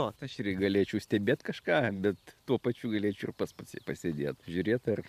ot aš irgi galėčiau stebėt kažką bet tuo pačiu galėčiau ir pats pa pasėdėt žiūrėt ar